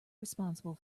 responsible